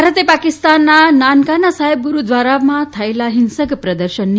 ભારતે પાકિસ્તાનના નાનકાના સાહેબ ગુરુદ્વારામાં થયેલા હિંસક પ્રદર્શનની